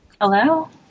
Hello